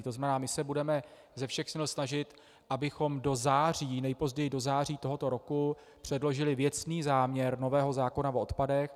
To znamená, my se budeme ze všech sil snažit, abychom do září, nejpozději do září tohoto roku, předložili věcný záměr nového zákona o odpadech.